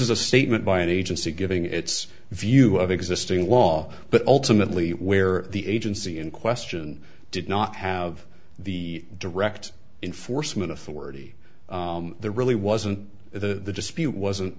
a statement by an agency giving its view of existing law but ultimately where the agency in question did not have the direct in foresman authority there really wasn't the dispute wasn't